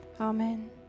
Amen